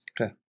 Okay